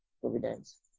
Providence